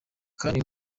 kandi